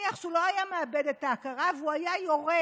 נניח שהוא לא היה מאבד את ההכרה והוא היה יורה,